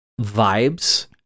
vibes